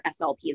SLPs